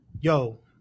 yo